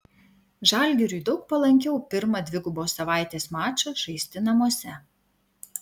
žalgiriui daug palankiau pirmą dvigubos savaitės mačą žaisti namuose